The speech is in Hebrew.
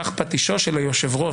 כך פטישו של היושב-ראש,